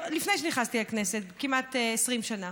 לפני שנכנסתי לכנסת, כמעט 20 שנה.